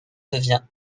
devient